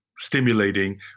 Stimulating